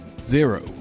Zero